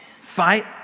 Fight